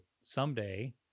someday